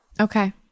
Okay